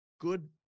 good